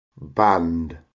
Band